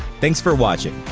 thanks for watching!